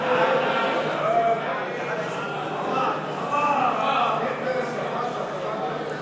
קבוצת סיעת העבודה, קבוצת סיעת יהדות התורה,